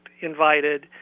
invited